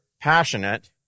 passionate